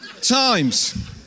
times